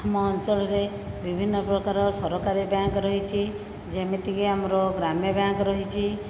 ଆମ ଅଞ୍ଚଳରେ ବିଭିନ୍ନ ପ୍ରକାର ସରକାରୀ ବ୍ୟାଙ୍କ ରହିଛି ଯେମିତିକି ଆମର ଗ୍ରାମ୍ୟ ବ୍ୟାଙ୍କ ରହିଛି